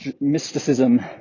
mysticism